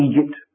Egypt